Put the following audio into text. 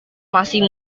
masih